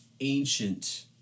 ancient